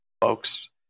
folks